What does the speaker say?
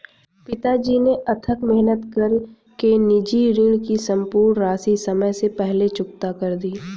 पिताजी ने अथक मेहनत कर के निजी ऋण की सम्पूर्ण राशि समय से पहले चुकता कर दी